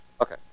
Okay